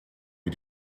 wie